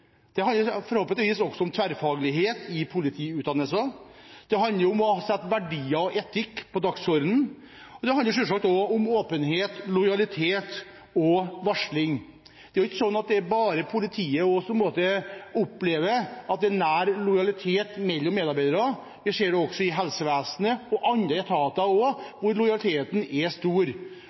Det handler forhåpentligvis også om tverrfaglighet i politiutdannelsen, det handler om å sette verdier og etikk på dagsordenen, og det handler selvsagt også om åpenhet, lojalitet og varsling. Det er jo ikke slik at det bare er politiet som opplever at det er nær lojalitet mellom medarbeiderne. Vi ser det også i helsevesenet – og i andre etater – at lojaliteten er stor.